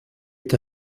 est